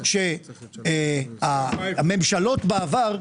שהממשלות בעבר,